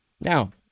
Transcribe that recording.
Now